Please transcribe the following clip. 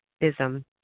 Ism